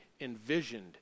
envisioned